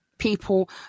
people